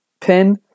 pin